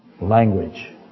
language